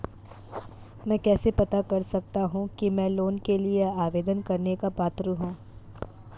मैं कैसे पता कर सकता हूँ कि मैं लोन के लिए आवेदन करने का पात्र हूँ?